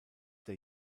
der